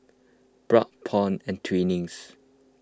Bragg Paul and Twinings